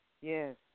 Yes